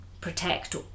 protect